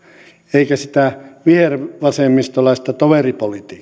eikä sitä vihervasemmistolaista toveripopulismia